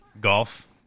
golf